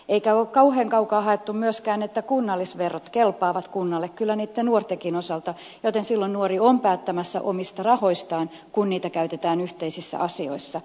eikä ole kauhean kaukaa haettu myöskään että kunnallisverot kelpaavat kunnalle kyllä niitten nuortenkin osalta joten silloin nuori on päättämässä omista rahoistaan kun niitä käytetään yhteisissä asioissa